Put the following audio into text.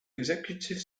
executive